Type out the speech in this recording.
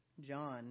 John